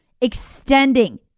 extending